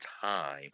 time